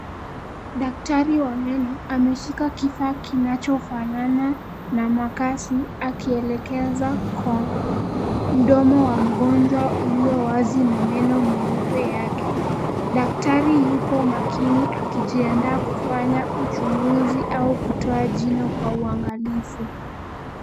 Daktari wa meno ameshika kifaa kinachofanana na makasi akielekeza kwa mdomo wa mgonjwa ulio wazi na meno meupe yake. Daktari yupo makini akijiandaa kufanya uchunguzi au kutoa jino kwa uangalifu.